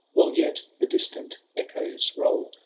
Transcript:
while yet the distant echoes roll.